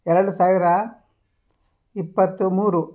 ಎರಡು ಸಾವಿರ ಇಪ್ಪತ್ತ ಮೂರು